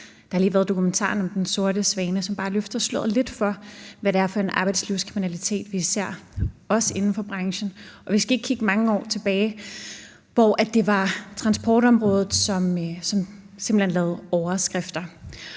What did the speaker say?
Der har lige været dokumentaren »Den Sorte Svane«, som bare løfter sløret lidt for, hvad det er for en arbejdslivskriminalitet, vi ser også inden for branchen. Vi skal ikke kigge mange år tilbage, hvor det var transportområdet, som simpelt hen lavede overskrifter.